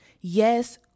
yes